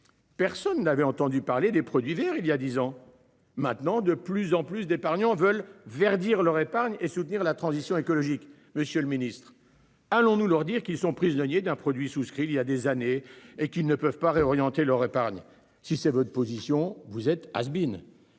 Personne n'avait entendu parler des produits verts il y a 10 ans maintenant de plus en plus d'épargnants veulent verdir leur épargne et soutenir la transition écologique. Monsieur le Ministre, allons-nous leur dire qu'ils sont prisonniers d'un produit souscrit il y a des années et qui ne peuvent pas réorienter leur épargne. Si c'est votre position, vous êtes has been.